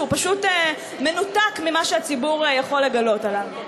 פשוט מנותק ממה שהציבור יכול לגלות עליו.